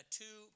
two